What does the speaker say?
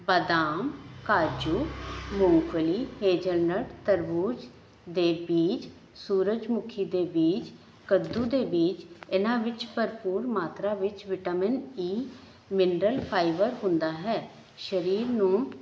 ਬਦਾਮ ਕਾਜੂ ਮੂੰਗਫਲੀ ਹੇਜਲਨਟ ਤਰਬੂਜ ਦੇ ਬੀਜ ਸੂਰਜਮੁਖੀ ਦੇ ਬੀਜ ਕੱਦੂ ਦੇ ਬੀਜ ਇਹਨਾਂ ਵਿੱਚ ਭਰਪੂਰ ਮਾਤਰਾ ਵਿੱਚ ਵਿਟਾਮਿਨ ਈ ਮਿਨਰਲ ਫਾਈਬਰ ਹੁੰਦਾ ਹੈ ਸਰੀਰ ਨੂੰ